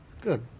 Good